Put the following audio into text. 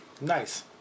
Nice